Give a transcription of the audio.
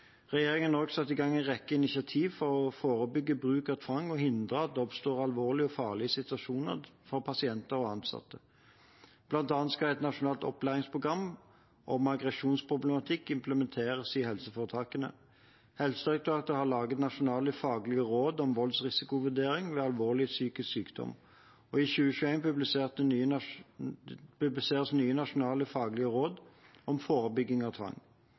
Regjeringen har også satt i gang en rekke initiativ for å forebygge bruk av tvang og hindre at det oppstår alvorlige og farlige situasjoner for pasienter og ansatte. Blant annet skal et nasjonalt opplæringsprogram om aggresjonsproblematikk implementeres i helseforetakene. Helsedirektoratet har laget nasjonale faglige råd om voldsrisikovurdering ved alvorlig psykisk sykdom, og i 2021 publiseres nye nasjonale faglige råd om forebygging av tvang.